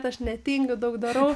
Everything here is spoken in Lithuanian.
aš netingiu daug darau